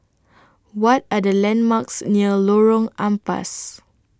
What Are The landmarks near Lorong Ampas